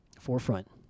forefront